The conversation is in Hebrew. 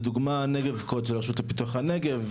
לדוגמה נגבקוד שזה של הרשות לפיתוח הנגב,